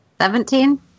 Seventeen